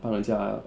帮人家